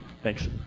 Thanks